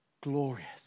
glorious